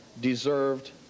deserved